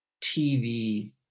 TV